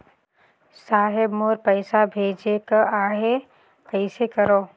साहेब मोर पइसा भेजेक आहे, कइसे करो?